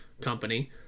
company